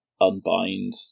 unbind